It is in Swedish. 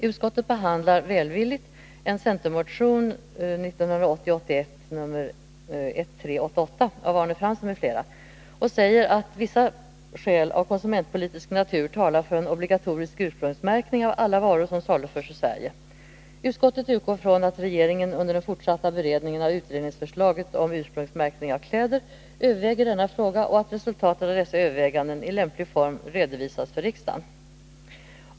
Utskottet behandlar välvilligt en centermotion 1980/ 81:1388 av Arne Fransson m.fl. och säger att vissa skäl av konsumentpolitisk natur talar för en obligatorisk ursprungsmärkning av alla varor som saluförs i Sverige. Utskottet utgår från att regeringen under den fortsatta beredningen av utredningsförslaget om ursprungsmärkning av kläder överväger denna fråga och att resultatet av dessa överväganden i lämplig form redovisas för riksdagen.